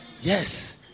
Yes